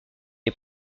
est